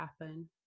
happen